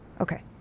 Okay